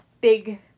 big